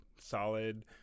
solid